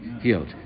healed